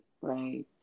right